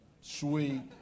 Sweet